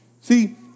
See